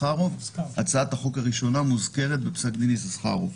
הצעת החוק הזאת אפילו מוזכרת בפסק דין יששכרוב.